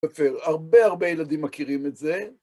הרבה הרבה ילדים מכירים את זה.